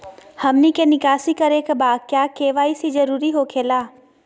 हमनी के निकासी करे के बा क्या के.वाई.सी जरूरी हो खेला?